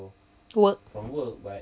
work